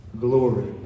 glory